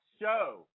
show